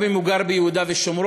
גם אם הוא גר ביהודה ושומרון,